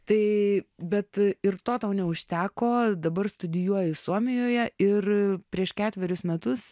tai bet ir to tau neužteko dabar studijuoji suomijoje ir prieš ketverius metus